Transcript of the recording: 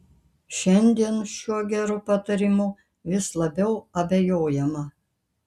šiandien šiuo geru patarimu vis labiau abejojama